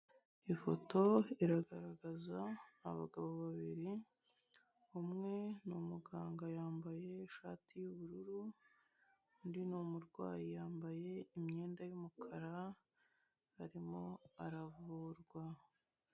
Ifoto iragaragaza abagabo babiri, umwe ni umuganga yambaye ishati y'ubururu, undi ni umurwayi yambaye imyenda y'umukara arimo aravurwa.